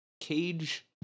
cage